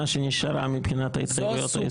שנשארה מבחינת ההתחייבויות הישראליות?